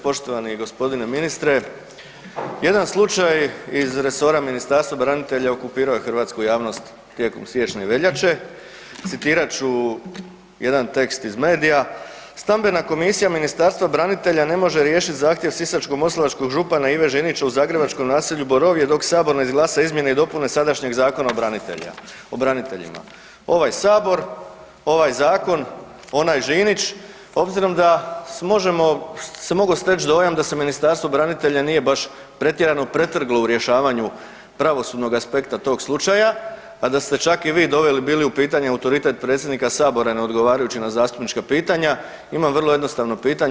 Poštovani g. ministre, jedan slučaj iz resora Ministarstva branitelja okupirao je hrvatsku javnost tijekom siječnja i veljače, citirat ću jedan tekst iz medija „Stambena komisija Ministarstva branitelja ne može riješiti zahtjev sisačko-moslavačkog župana Ive Žinića u zagrebačkom naselju Borovje dok Sabor ne izglasa izmjene i dopune sadašnjeg zakona o braniteljima.“ Ovaj Sabor, ovaj zakon, onaj Žinić, obzirom da se može steć dojam da se Ministarstvo branitelja nije baš pretjerano pretrglo u rješavanju pravosudnog aspekta tog slučaja, a da ste čak i vi doveli bili u pitanje autoritet predsjednika Sabora ne odgovarajući na zastupnička pitanja, imamo vrlo jednostavno pitanje.